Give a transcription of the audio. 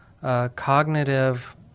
cognitive